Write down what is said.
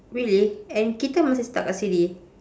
really and kita masih stuck kat sini